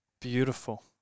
beautiful